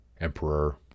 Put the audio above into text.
emperor